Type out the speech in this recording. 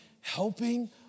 helping